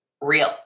real